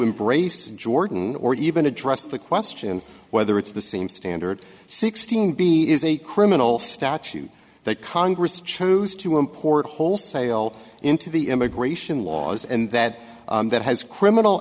embrace jordan or even address the question whether it's the same standard sixteen b is a criminal statute that congress chose to import wholesale into the immigration laws and that that has criminal